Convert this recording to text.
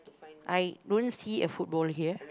I don't see a football here